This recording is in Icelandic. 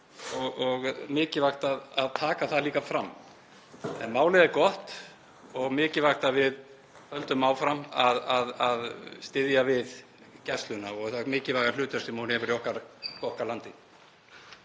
og mikilvægt að taka það líka fram. En málið er gott og það er mikilvægt að við höldum áfram að styðja við Gæsluna og það mikilvæga hlutverk sem hún hefur í okkar landi.